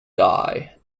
die